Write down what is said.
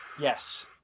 Yes